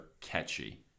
catchy